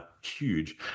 huge